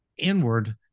inward